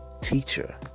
teacher